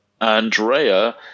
Andrea